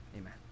amen